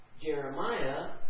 Jeremiah